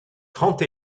trente